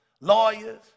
lawyers